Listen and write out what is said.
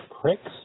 pricks